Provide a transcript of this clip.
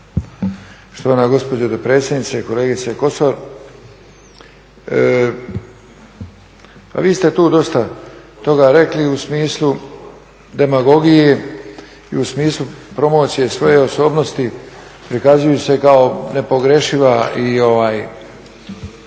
Štovana gospođo dopredsjednice, kolegice Kosor. Pa vi ste tu dosta toga rekli u smislu demagogije i u smislu promocije svoje osobnosti prikazujući se kao nepogrešiva i sveta